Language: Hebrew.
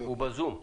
הוא ב"זום".